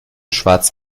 schwarz